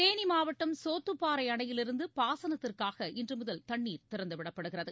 தேனி மாவட்டம் சோத்தப்பாறை அணையிலிருந்து பாசனத்திற்காக இன்றுமுதல் தண்ணீர் திறந்துவிடப்படுகிறது